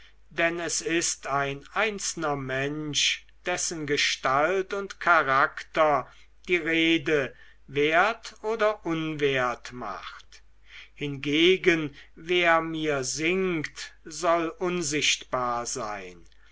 denn es ist ein einzelner mensch dessen gestalt und charakter die rede wert oder unwert macht hingegen wer mir singt soll unsichtbar sein